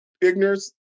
ignorance